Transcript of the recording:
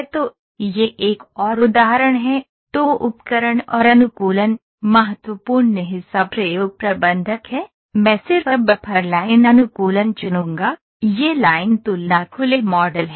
तो यह एक और उदाहरण है तो उपकरण और अनुकूलन महत्वपूर्ण हिस्सा प्रयोग प्रबंधक है मैं सिर्फ बफर लाइन अनुकूलन चुनूंगा यह लाइन तुलना खुले मॉडल है